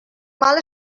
mal